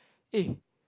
eh